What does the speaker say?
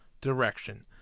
direction